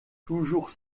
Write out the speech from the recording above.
toujours